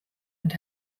and